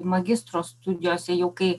magistro studijose jau kai